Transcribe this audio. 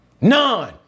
None